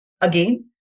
Again